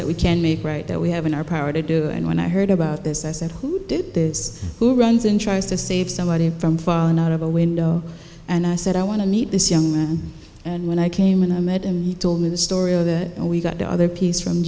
that we can make right that we have in our power to do and when i heard about this i said who did this who runs in tries to save somebody from falling out of a window and i said i want to meet this young man and when i came and i met him he told me the story of that and we got the other piece from